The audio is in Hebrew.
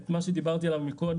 את מה שדיברתי עליו קודם,